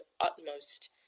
utmost